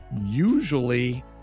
Usually